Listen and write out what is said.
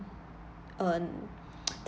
um